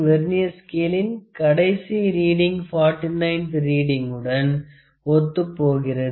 vernier ஸ்கேளின் கடைசி reading 49 த்து ரீடிங் குடன் ஒத்துப் போகிறது